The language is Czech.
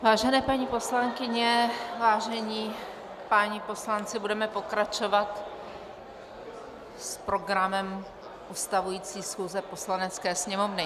Vážené paní poslankyně, vážení páni poslanci, budeme pokračovat s programem ustavující schůze Poslanecké sněmovny.